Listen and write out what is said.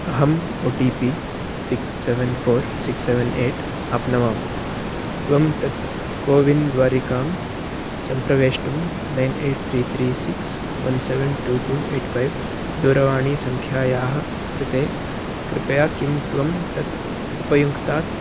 अहम् O T P six seven four six seven eight आप्नवाम् त्वं तत् कोविन् द्वारिकां सम्प्रवेष्टुं nine eight three three six one seven two two eight five दूरवाणीसङ्ख्यायाः कृते कृपया किं त्वं तत् उपयुङ्क्तात्